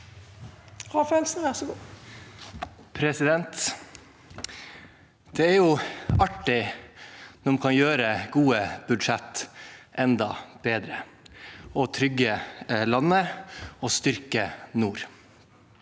Det er artig når man kan gjøre gode budsjetter enda bedre og trygge landet og styrke nord.